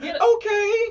Okay